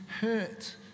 hurt